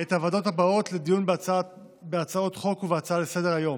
את הוועדות הבאות לדיון בהצעות חוק ובהצעה לסדר-היום: